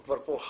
זה כבר חפירה.